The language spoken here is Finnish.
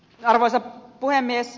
arvoisa puhemies